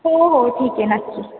हो हो ठीक आहे नक्की